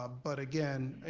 ah but again,